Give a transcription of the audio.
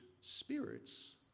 spirits